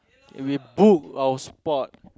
and we book our spot